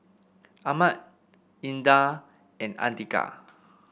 Ahmad Indah and Andika